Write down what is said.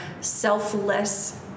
selfless